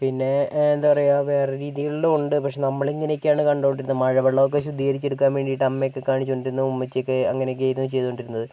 പിന്നെ എന്താ പറയുക വേറൊരു രീതികളിലും ഉണ്ട് പക്ഷേ നമ്മള് ഇങ്ങനെ ഒക്കെ ആണ് കണ്ടുകൊണ്ട് ഇരുന്നത് മഴ വെള്ളം ഒക്കെ ശൂദ്ധീകരിച്ച് എടുക്കാൻ വേണ്ടിയിട്ട് അമ്മയൊക്കെ കാണിച്ചുകൊണ്ടിരുന്ന ഉമ്മച്ചി ഒക്കെ അങ്ങനെ ഒക്കെ ആയിരുന്നു ചെയ്തുകൊണ്ടിരുന്നത്